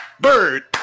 Bird